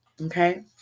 Okay